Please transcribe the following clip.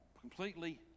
Completely